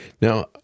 Now